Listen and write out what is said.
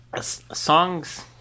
Songs